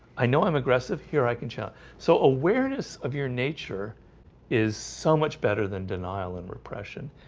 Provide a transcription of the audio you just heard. i know i'm aggressive here. i can show so awareness of your nature is so much better than denial and repression